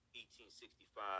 1865